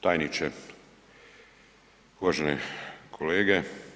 Tajniče, uvažene kolege.